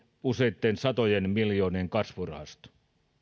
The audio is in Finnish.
useitten satojen miljoonien kasvurahaston